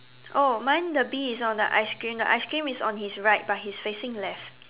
oh mine the bee is on the ice cream the ice cream is on his right but he's facing left